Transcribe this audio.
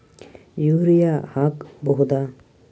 Urea ಹಾಕ್ ಬಹುದ?